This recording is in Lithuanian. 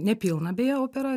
nepilną beje operą